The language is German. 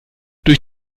durch